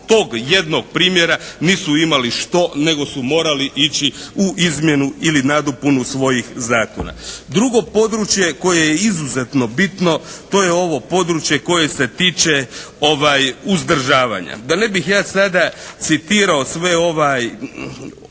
to je ovo područje koje se tiče uzdržavanja. Da ne bih ja sada citirao sve odredbe